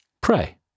Pray